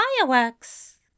fireworks